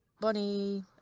Bunny